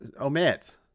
Omit